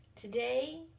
today